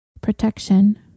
protection